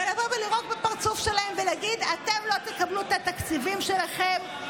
לבוא ולירוק בפרצוף שלהם ולהגיד: אתם לא תקבלו את התקציבים שלכם,